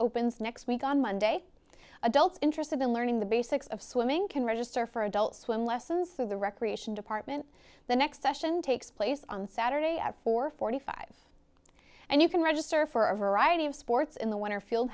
opens next week on monday adults interested in learning the basics of swimming can register for adult swim lessons through the recreation department the next session takes place on saturday at four hundred and forty five and you can register for a variety of sports in the winter field